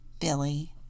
Billy